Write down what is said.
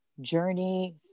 journey